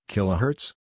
Kilohertz